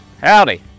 Howdy